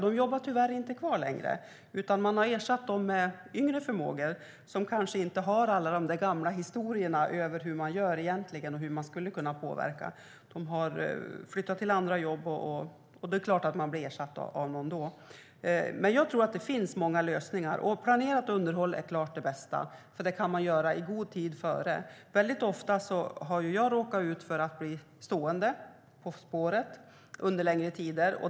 De jobbar tyvärr inte kvar längre, utan man har ersatt dem med yngre förmågor som kanske inte har alla de gamla historierna om hur man gör egentligen och hur man skulle kunna påverka. De har flyttat till andra jobb, och då är det klart att de blir ersatta. Jag tror att det finns många lösningar. Planerat underhåll är klart bäst, för det kan man göra i god tid innan. Jag har ofta råkat ut för att tåg blivit stående på spåret under lång tid.